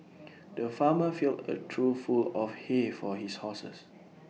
the farmer filled A through full of hay for his horses